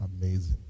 amazing